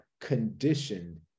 conditioned